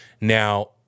Now